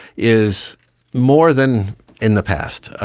is more than in the past.